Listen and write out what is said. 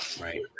Right